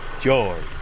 George